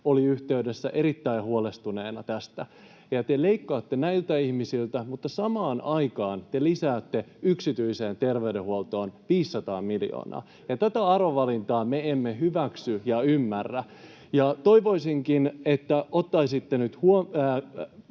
olivat yhteydessä erittäin huolestuneina tästä. Te leikkaatte näiltä ihmisiltä, mutta samaan aikaan te lisäätte yksityiseen terveydenhuoltoon 500 miljoonaa, ja tätä arvovalintaa me emme hyväksy emmekä ymmärrä. Toivoisinkin, että perustelisitte tätä